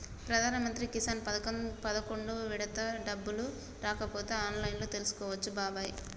ప్రధానమంత్రి కిసాన్ పథకం పదకొండు విడత డబ్బులు రాకపోతే ఆన్లైన్లో తెలుసుకోవచ్చు బాబాయి